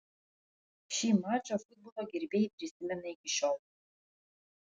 šį mačą futbolo gerbėjai prisimena iki šiol